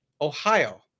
Ohio